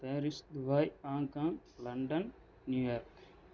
Paris Dubai Hong Kong London New York